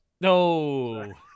no